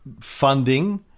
funding